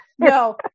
No